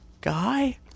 guy